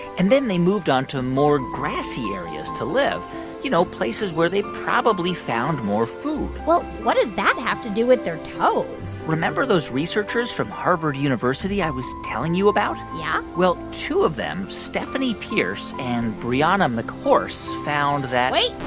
and then they moved onto more grassy areas to live you know, places where they probably found more food well, what does that have to do with their toes? remember those researchers from harvard university i was telling you about? yeah well, two of them, stephanie pierce and brianna mchorse, found that. wait.